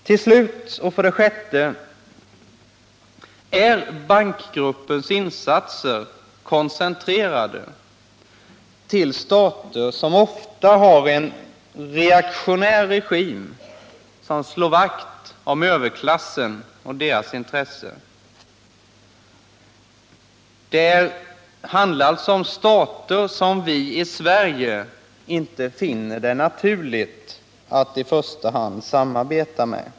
Till slut och för det sjätte är bankgruppens insatser koncentrerade till stater som har reaktionära regimer som slår vakt om överklassen och dess intressen. Det handlar alltså om stater som vi i Sverige inte finner det naturligt att i första hand samarbeta med.